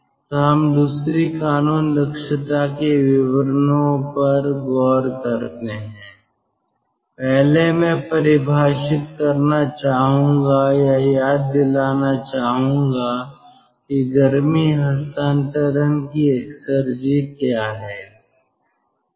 तो हम दूसरी कानून दक्षता के विवरणों पर गौर करते हैं पहले मैं परिभाषित करना चाहूंगा या याद दिलाना चाहूंगा कि गर्मी हस्तांतरण की एक्सेरजी क्या है